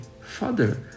Father